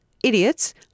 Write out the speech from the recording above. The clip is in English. Idiots